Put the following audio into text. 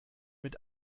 mit